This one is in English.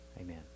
Amen